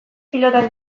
pilotan